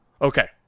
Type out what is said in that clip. Okay